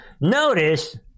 Notice